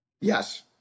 Yes